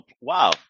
Wow